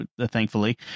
thankfully